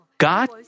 God